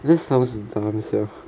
isn't it supposed to 找 ownself